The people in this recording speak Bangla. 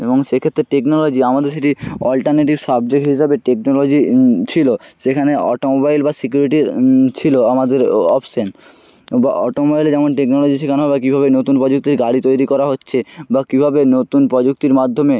এবং সেক্ষেত্রে টেকনোলজি আমাদের সেটি অল্টারনেটিভ সাবজেক্ট হিসাবে টেকনোলজি ছিলো সেখানে অটোমোবাইল বা সিকিউরিটি ছিলো আমাদের অপশন বা অটোমোবাইলে যেমন টেকনোলজি শেখানো বা কীভাবে নতুন প্রযুক্তির গাড়ি তৈরি করা হচ্ছে বা কীভাবে নতুন প্রযুক্তির মাধ্যমে